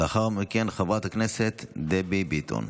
לאחר מכן, חברת הכנסת דבי ביטון.